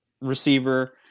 receiver